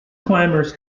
climbers